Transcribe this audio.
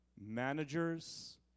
Managers